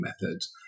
methods